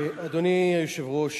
אדוני היושב-ראש,